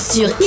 Sur